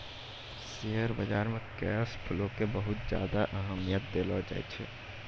share बाजार मे cash flow के बहुत ज्यादा अहमियत देलो जाए छै